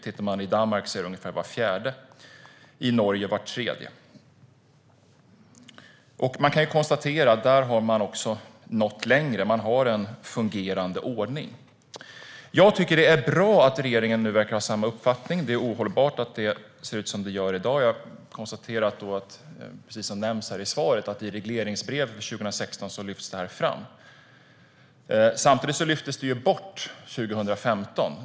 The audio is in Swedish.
I Danmark är det ungefär var fjärde och i Norge var tredje. Man kan konstatera att där har man också nått längre. Man har en fungerande ordning. Jag tycker att det är bra att regeringen nu verkar ha samma uppfattning. Det är ohållbart att det ser ut som det gör i dag. Jag konstaterar, precis som nämns i svaret, att detta lyfts fram i regleringsbrevet för 2016. Samtidigt lyftes det bort 2015.